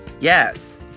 yes